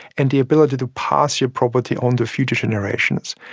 and the ability to pass your property on to future generations.